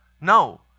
No